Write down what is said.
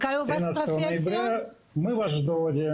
גרים באשדוד,